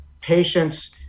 patients